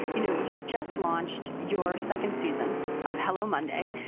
you know you've just launched your second season of hello monday.